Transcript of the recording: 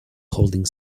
holding